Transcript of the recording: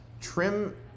trim